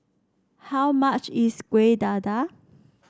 how much is Kueh Dadar